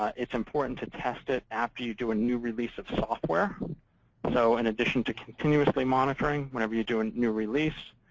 it's important to test it after you do a new release of software so in addition to continuously monitoring, whenever you do a and new release.